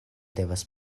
devas